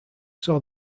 saw